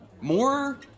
more